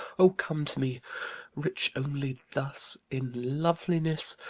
oh, come to me rich only thus in loveliness!